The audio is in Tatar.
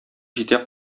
җитә